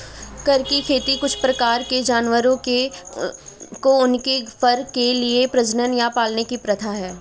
फर की खेती कुछ प्रकार के जानवरों को उनके फर के लिए प्रजनन या पालने की प्रथा है